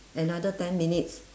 another ten minutes